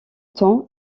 temps